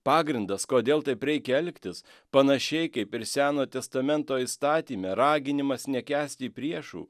pagrindas kodėl taip reikia elgtis panašiai kaip ir senojo testamento įstatyme raginimas nekęsti priešų